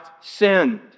sinned